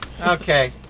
Okay